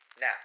Now